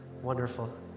Wonderful